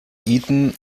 eaton